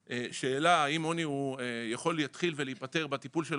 האם עוני יכול להתחיל ולהיפתר בטיפול שלו